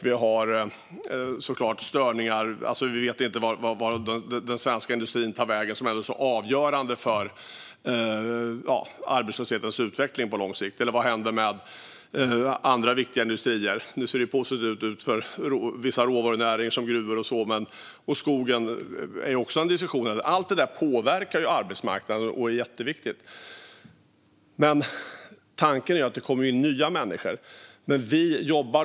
Vi vet heller inte vart den svenska industrin, som är avgörande för arbetslöshetens utveckling på lång sikt, tar vägen eller vad som händer med andra viktiga verksamheter. Nu ser det ju positivt ut för vissa råvarunäringar, som gruvor. Skogen är också med i diskussionen. Allt detta påverkar arbetsmarknaden och är jätteviktigt. Tanken är att det kommer in nya människor.